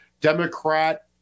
Democrat